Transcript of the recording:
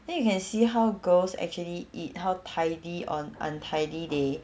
then you can see how girls actually eat how tidy or untidy they